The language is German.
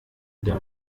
der